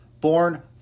born